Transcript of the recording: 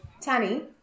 Tanny